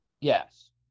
Yes